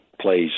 plays